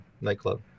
nightclub